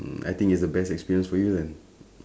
mm I think it's the best experience for you then